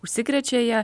užsikrečia ja